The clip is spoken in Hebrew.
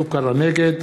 נגד